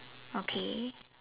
okay